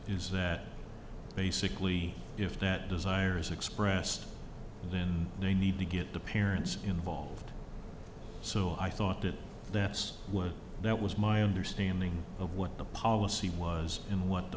is that basically if that desire is expressed then they need to get the parents involved so i thought that that's what that was my understanding of what the policy was and what the